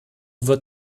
wird